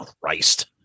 Christ